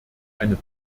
eine